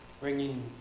bringing